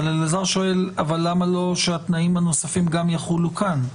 אבל אלעזר שואל למה שהתנאים הנוספים לא יחולו גם כאן.